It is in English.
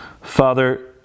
Father